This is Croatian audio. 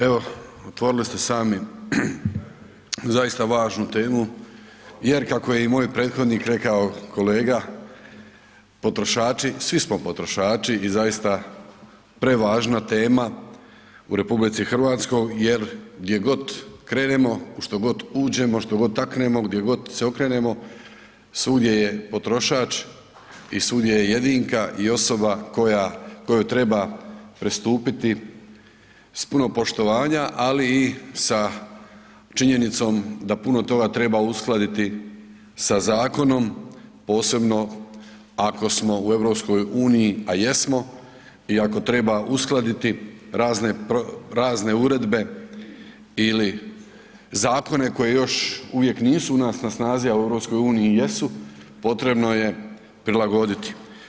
Evo, otvorili ste sami zaista važnu temu jer kako je i moj prethodnik rekao kolega, potrošači, svi smo potrošači i zaista prevažna tema u RH jer gdje god krenemo, u što god uđemo, što god taknemo, gdje god se okrenemo, svugdje je potrošač i svugdje je jedinka i osoba koja, kojoj treba pristupiti s puno poštovanja, ali i sa činjenicom da puno toga treba uskladiti sa zakonom, posebno ako smo u EU, a jesmo i ako treba uskladiti razne uredbe ili zakone koji još uvijek nisu u nas na snazi, al u EU jesu, potrebno je prilagoditi.